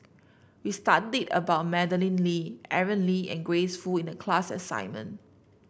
we studied about Madeleine Lee Aaron Lee and Grace Fu in the class assignment